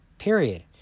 period